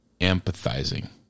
empathizing